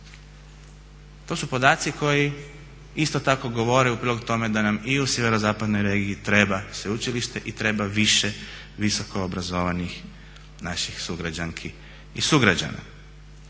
To su podaci koji isto tako govore u prilog tome da nam i u sjeverozapadnoj regiji treba sveučilište i treba više visokoobrazovanih naših sugrađanki i sugrađana.